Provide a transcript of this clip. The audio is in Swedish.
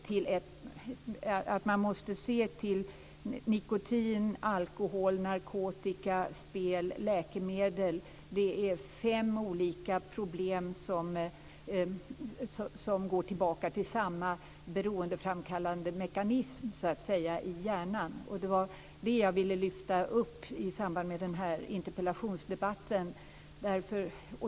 Jag ser att man måste se beroendet av nikotin, alkohol, narkotika, spel, läkemedel som fem olika problem som går tillbaka till samma beroendeframkallande mekanism i hjärnan. Det vara det jag ville lyfta upp i samband med den här interpellationsdebatten.